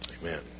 Amen